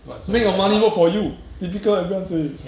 make your money work for you typical everyone says